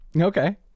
Okay